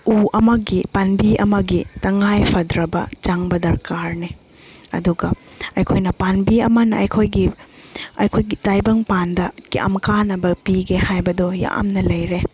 ꯎ ꯑꯃꯒꯤ ꯄꯥꯟꯕꯤ ꯑꯃꯒꯤ ꯇꯉꯥꯏ ꯐꯗ꯭ꯔꯕ ꯆꯪꯕ ꯗꯔꯀꯥꯔꯅꯤ ꯑꯗꯨꯒ ꯑꯩꯈꯣꯏꯅ ꯄꯥꯟꯕꯤ ꯑꯃꯅ ꯑꯩꯈꯣꯏꯒꯤ ꯑꯩꯈꯣꯏꯒꯤ ꯇꯥꯏꯕꯪ ꯄꯥꯟꯗ ꯀꯌꯥꯝ ꯀꯥꯟꯅꯕ ꯄꯤꯒꯦ ꯍꯥꯏꯕꯗꯣ ꯌꯥꯝꯅ ꯂꯩꯔꯦ